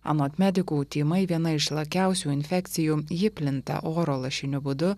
anot medikų tymai viena išlakiausių infekcijų ji plinta oro lašiniu būdu